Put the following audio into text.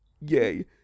Yay